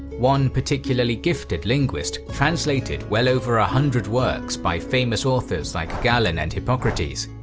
one particularly gifted linguist translated well over a hundred works by famous authors like galen and hippocrates.